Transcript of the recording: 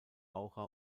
aura